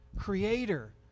Creator